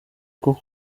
bwo